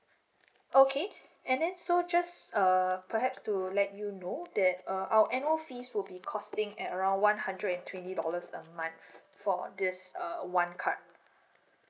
okay and then so just uh perhaps to let you know that uh our annual fees will be costing at around one hundred and twenty dollars a month for this uh one card